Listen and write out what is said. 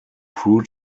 from